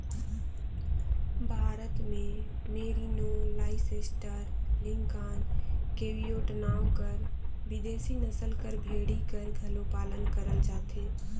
भारत में merino, Leicester, Lincoln, Cheviot नांव कर बिदेसी नसल कर भेड़ी कर घलो पालन करल जाथे